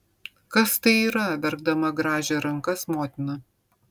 kas tai yra verkdama grąžė rankas motina